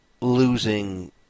losing